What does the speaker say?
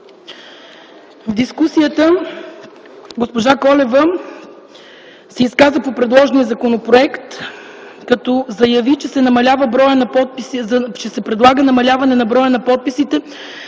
В дискусията госпожа Колева се изказа по предложения законопроект, като заяви, че се предлага намаляване броя на подписите